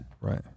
Right